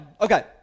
Okay